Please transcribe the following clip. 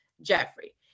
jeffrey